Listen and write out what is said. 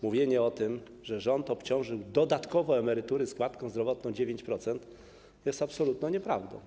Mówienie o tym, że rząd obciążył dodatkowo emerytury składką zdrowotną 9%, jest absolutną nieprawdą.